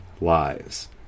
lives